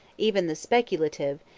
even the speculative,